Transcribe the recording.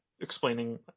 explaining